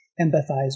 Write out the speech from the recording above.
Empathize